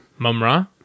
Mumra